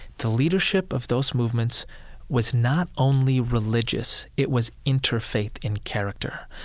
the leadership of those movements was not only religious, it was interfaith in character.